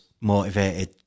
motivated